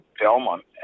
Belmont